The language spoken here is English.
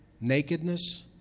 nakedness